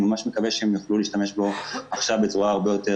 אני ממש מקווה שהן יוכלו להשתמש בו עכשיו בצורה הרבה יותר